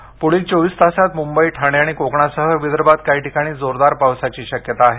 हवामान पुढील चोवीस तासात मुंबई ठाणे आणि कोकणासह विदर्भात काही ठिकाणी जोरदार पावसाची शक्यता आहे